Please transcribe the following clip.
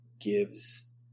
gives